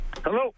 Hello